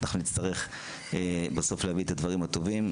אנחנו נצטרך בסוף להביא את הדברים הטובים.